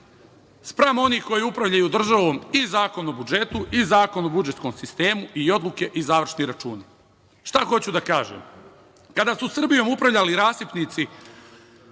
spram onih koji upravljaju državom i Zakon o budžetu i Zakon o budžetskom sistemu i odluke i završni računi. Šta hoću da kažem? Kada su Srbijom upravljali rasipnici